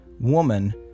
woman